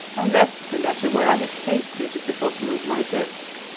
i left the letter where i had placed it, at the bottom of my desk,